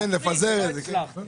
כן, לפזר את זה.